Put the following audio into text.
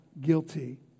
guilty